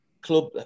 club